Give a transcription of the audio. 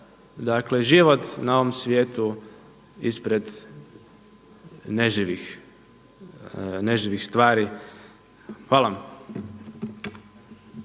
dakle život na ovom svijetu ispred neživih stvari. Hvala